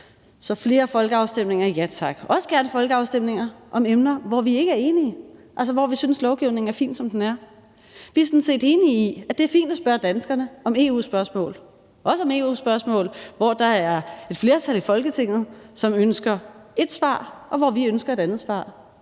til flere folkeafstemninger – også gerne folkeafstemninger om emner, hvor vi ikke er enige, altså hvor vi synes, at lovgivningen er fin, som den er. Vi er sådan set enige i, at det er fint at spørge danskerne om EU-spørgsmål, også om EU-spørgsmål, hvor der er et flertal i Folketinget, som ønsker ét svar, og hvor vi ønsker et andet svar.